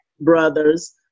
brothers